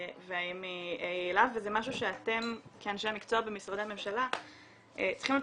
והאם היא יעילה וזה משהו שאתם כאנשי המקצוע במשרדי הממשלה צריכים להיות